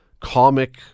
comic